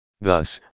Thus